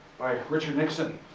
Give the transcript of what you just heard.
by richard nixon.